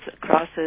crosses